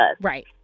Right